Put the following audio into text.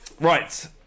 Right